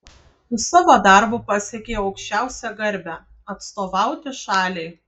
tu savo darbu pasiekei aukščiausią garbę atstovauti šaliai